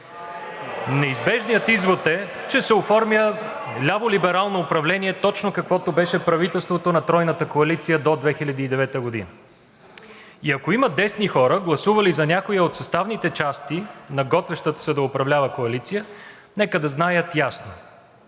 Неизбежният извод е, че се оформя ляво-либерално управление, точно каквото беше правителството на тройната коалиция до 2009 г. И ако има десни хора, гласували за някоя от съставните части на готвещата се да управлява коалиция, нека да знаят ясно: